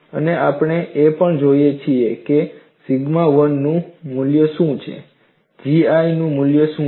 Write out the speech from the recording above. અને આપણે એ પણ જોઈએ છીએ કે સિગ્મા 1 નું મૂલ્ય શું છે GI નું મૂલ્ય શું છે